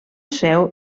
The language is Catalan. seu